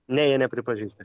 ne jie nepripažįsta